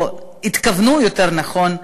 או התכוונו יותר נכון,